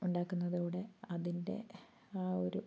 ഉണ്ടാക്കുന്നതോടുകൂടി അതിന്റെ ആ ഒരു